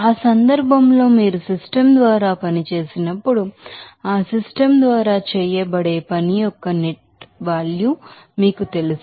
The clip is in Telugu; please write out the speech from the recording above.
ఆ సందర్భంలో మీరు సిస్టమ్ ద్వారా పని చేసినప్పుడు ఆ సిస్టమ్ ద్వారా చేయబడే పని యొక్క నెట్ మీకు తెలుసు